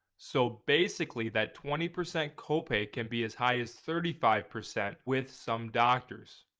so basically that twenty percent copay can be as high as thirty five percent with some doctors.